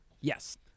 Yes